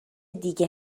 دیگه